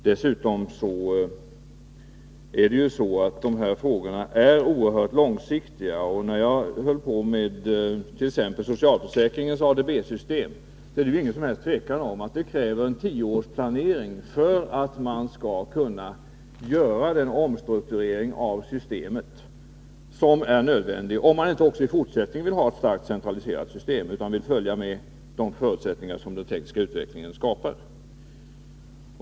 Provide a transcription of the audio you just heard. Dessutom är ju dessa frågor oerhört långsiktiga. När jag t.ex. sysslade med socialförsäkringens ADB-system fann jag att det inte är något som helst tvivel om att det krävs en tioårsplanering för att man skall kunna göra den omstrukturering av systemet som är nödvändig, om man inte även i fortsättningen vill ha ett starkt centraliserat system utan vill följa med under de förutsättningar som den tekniska utvecklingen skapar.